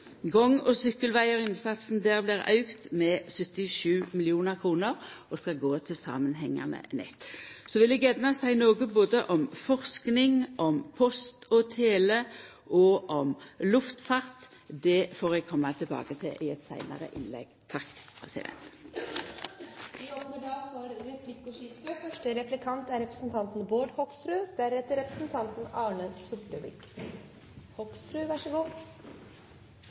blir auka med 77 mill. kr og skal gå til samanhengande nett. Så vil eg gjerne seia noko om både forsking, om post og tele og om luftfart. Det får eg koma tilbake til i eit seinare innlegg.